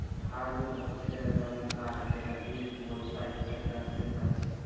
hardwood হচ্ছে এক ধরণের কাঠ যেটা বীচ, বালসা ইত্যাদি গাছ থিকে পাচ্ছি